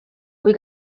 kui